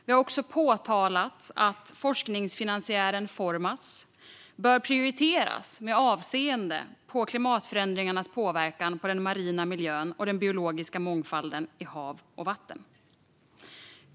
Vi har också påpekat att forskningsfinansiären Formas bör prioriteras med avseende på klimatförändringarnas påverkan på den marina miljön och den biologiska mångfalden i hav och vatten.